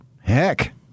Heck